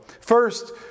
First